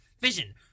vision